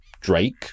Drake